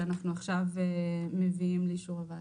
שאנחנו עכשיו מביאים לאישור הוועדה.